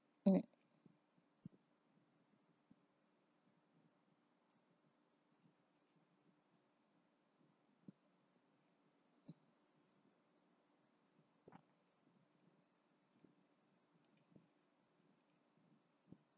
um